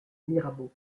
mirabeau